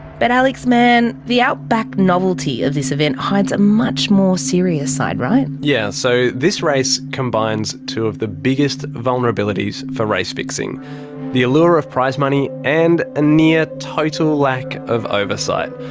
but alex mann. the outback novelty of this event hides a much more serious side. right? yeah. so the race combines two of the biggest vulnerabilities for race fixing the allure of prize money, and a near total lack of oversight.